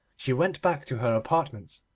she went back to her apartments,